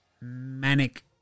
manic